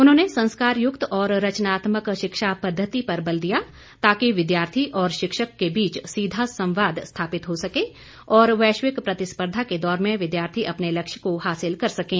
उन्होंने संस्कारयुक्त और रचनात्मक शिक्षा पद्धति पर बल दिया ताकि विद्यार्थी और शिक्षक के बीच सीधा संवाद स्थापित हो सके और वैश्विक प्रतिस्पर्धा के दौर में विद्यार्थी अपने लक्ष्य को हासिल कर सकें